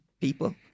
people